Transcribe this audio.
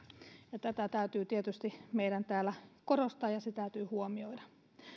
ja tätä täytyy tietysti meidän täällä korostaa ja se täytyy huomioida